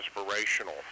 inspirational